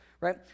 right